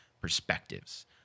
perspectives